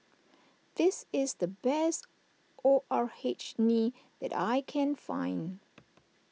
this is the best O R H Nee that I can find